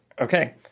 Okay